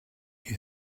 you